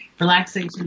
Relaxation